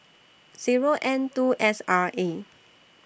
Zero N two S R A